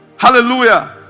Hallelujah